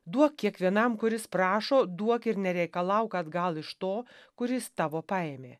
duok kiekvienam kuris prašo duok ir nereikalauk atgal iš to kuris tavo paėmė